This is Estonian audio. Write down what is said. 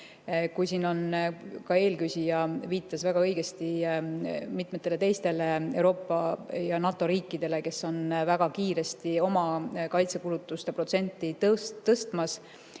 Siin ka eelküsija viitas väga õigesti mitmetele teistele Euroopa ja NATO riikidele, kes väga kiiresti oma kaitsekulutuste protsenti tõstavad